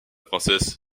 princesse